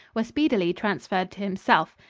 were speedily transferred to himself.